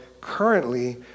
currently